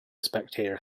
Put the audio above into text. spectator